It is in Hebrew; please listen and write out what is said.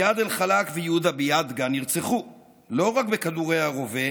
איאד אלחלאק ויהודה ביאדגה נרצחו לא רק בכדורי הרובה,